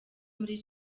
muri